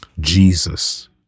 Jesus